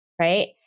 right